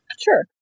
Sure